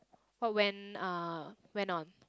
oh when uh went on